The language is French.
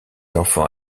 enfants